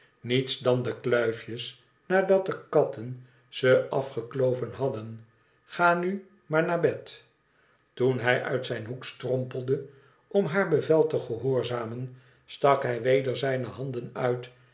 niets dan de kluif jes nadat de katten ze afge kloven hadden ga nu maar naar bed toen hij uit zijn hoek strompelde om haar bevel te gehoorzamen stak hij weder zijne handen uit